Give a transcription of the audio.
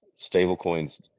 stablecoins